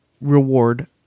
reward